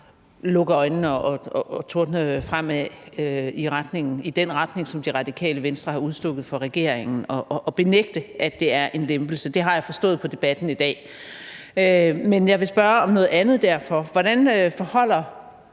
lukke øjnene og tordne fremad i den retning, som Det Radikale Venstre har udstukket for regeringen, og benægte, at det er en lempelse. Det har jeg forstået på debatten i dag. Derfor vil jeg spørge om noget andet: Hvordan forholder